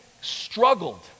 struggled